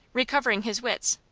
recovering his wits.